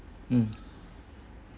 mm